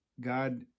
God